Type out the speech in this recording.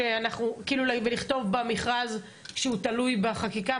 ולכתוב במכרז שהוא תלוי בחקיקה?